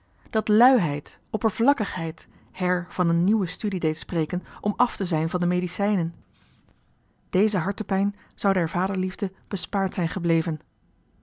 dat luiheid oppervlakkigheid her van een nieuwe studie deed spreken om af te zijn van de medicijnen deze hartepijn zou der vaderliefde bespaard zijn gebleven